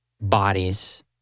bodies